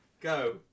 Go